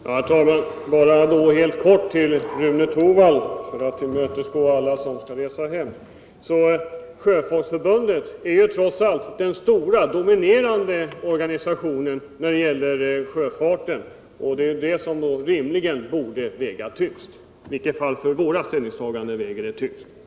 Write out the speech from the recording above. Herr talman! Jag skall bara helt kort — för att tillmötesgå alla som skall resa hem — säga några ord till Rune Torwald. Sjöfolksförbundet är trots allt den stora dominerande organisationen när det gäller sjöfart. Det är det som rimligen borde väga tyngst — för våra ställningstaganden väger det i alla fall tyngst.